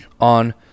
on